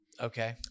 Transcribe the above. Okay